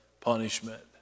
punishment